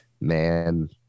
Man